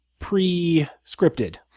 pre-scripted